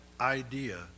idea